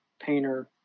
painter